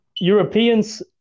Europeans